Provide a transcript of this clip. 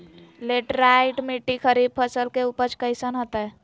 Laterite मिट्टी खरीफ फसल के उपज कईसन हतय?